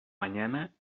mañana